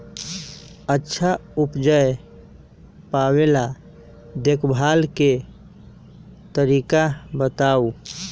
अच्छा उपज पावेला देखभाल के तरीका बताऊ?